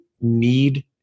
need